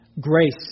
Grace